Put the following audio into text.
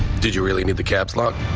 did you really need the caps lock.